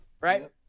right